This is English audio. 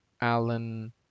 alan